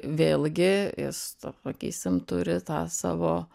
vėlgi jis tuo pakysim turi tą savo